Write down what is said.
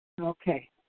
Okay